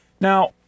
Now